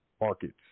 markets